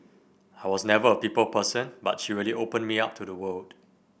I was never a people person but she really opened me up to the world